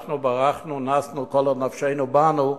אנחנו ברחנו, נסנו כל עוד נפשנו בנו.